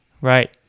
Right